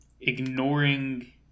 ignoring